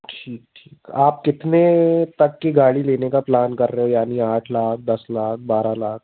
ठीक ठीक आप कितने तक की गाड़ी लेने का प्लान कर रहे हैं यानी आठ लाख दस लाख बारह लाख